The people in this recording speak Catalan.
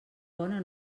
bona